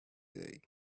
day